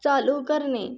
चालू करणे